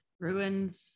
Ruins